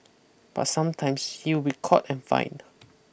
but sometimes she will be caught and fined